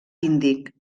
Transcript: índic